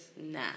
Nah